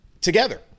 together